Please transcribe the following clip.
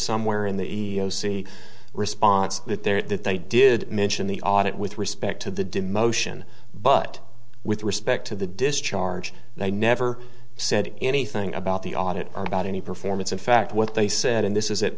somewhere in the sea response that there that they did mention the audit with respect to the demotion but with respect to the discharge they never said anything about the audit or about any performance in fact what they said in this is